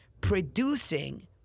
producing